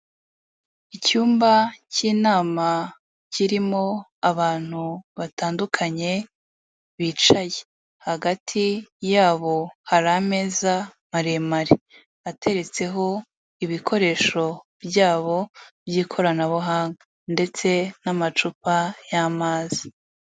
Icyumba cy'inama kirimo abantu batandukanye bicaye, hagati yabo hari ameza maremare ateretseho ibikoresho byabo by'ikoranabuhanga ndetse n'amacupa y'amazi.